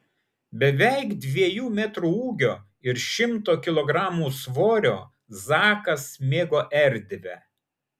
beveik dviejų metrų ūgio ir šimto kilogramų svorio zakas mėgo erdvę